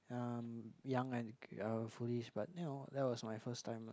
um young and uh foolish but you know that was my first time lah